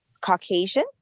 Caucasian